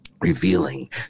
Revealing